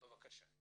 בבקשה.